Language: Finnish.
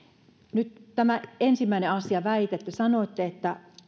nyt tämä ensimmäinen asia tai väite te sanoitte että